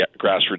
grassroots